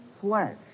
flesh